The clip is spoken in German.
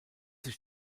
sich